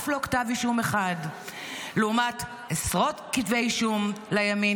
אף לא כתב אישום אחד לעומת עשרות כתבי אישום לימין.